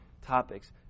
topics